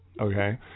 Okay